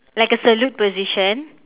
like a salute position